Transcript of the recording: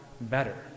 better